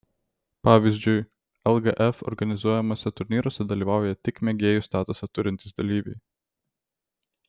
pavyzdžiui lgf organizuojamuose turnyruose dalyvauja tik mėgėjų statusą turintys dalyviai